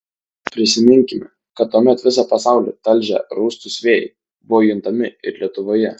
prisiminkime kad tuomet visą pasaulį talžę rūstūs vėjai buvo juntami ir lietuvoje